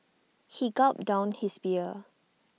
he gulped down his beer